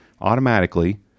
automatically